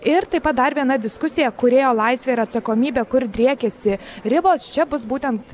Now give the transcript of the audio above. ir taip pat dar viena diskusija kūrėjo laisvė ir atsakomybė kur driekiasi ribos čia bus būtent